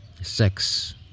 sex